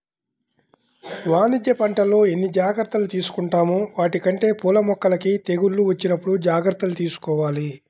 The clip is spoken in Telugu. వాణిజ్య పంటల్లో ఎన్ని జాగర్తలు తీసుకుంటామో వాటికంటే పూల మొక్కలకి తెగుళ్ళు వచ్చినప్పుడు జాగర్తలు తీసుకోవాల